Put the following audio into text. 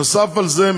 נוסף על זה,